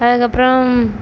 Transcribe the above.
அதுக்கு அப்றம்